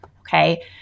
Okay